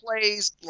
plays